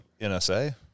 NSA